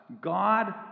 God